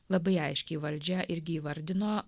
labai aiškiai valdžia irgi įvardino